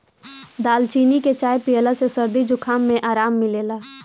दालचीनी के चाय पियला से सरदी जुखाम में आराम मिलेला